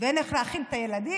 ואין איך להאכיל את הילדים,